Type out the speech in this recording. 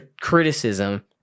criticism